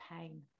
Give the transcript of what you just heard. pain